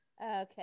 Okay